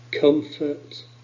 comfort